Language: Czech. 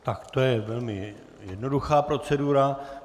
Tak to je velmi jednoduchá procedura.